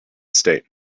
state